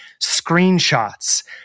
screenshots